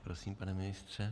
Prosím, pane ministře.